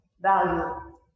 value